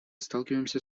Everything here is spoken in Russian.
сталкиваемся